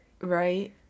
Right